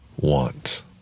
want